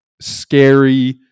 scary